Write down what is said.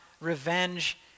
revenge